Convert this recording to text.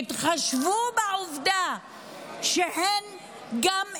תתחשבו בעובדה שהן גם אימהות.